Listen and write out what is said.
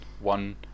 one